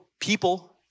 people